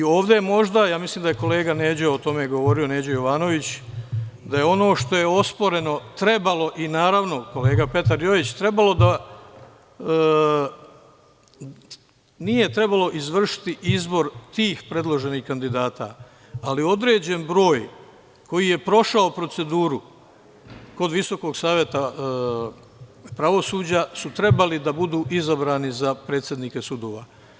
Ovde je možda, ja mislim da je kolega Neđo Jovanović o tome govorio, da je ono što je osporeno, i naravno kolega Petar Jojić, nije trebalo izvršiti izbor tih predloženih kandidata, ali određen broj koji je prošao proceduru kod Visokog saveta pravosuđa su trebali da budu izabrani za predsednike sudova.